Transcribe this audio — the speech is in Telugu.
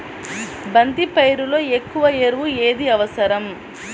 బంతి పైరులో ఎక్కువ ఎరువు ఏది అవసరం?